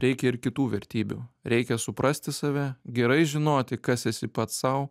reikia ir kitų vertybių reikia suprasti save gerai žinoti kas esi pats sau